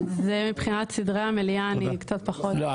מבחינת סדרי המליאה אני קצת פחות --- לא,